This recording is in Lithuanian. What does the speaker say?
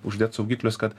uždėt saugiklius kad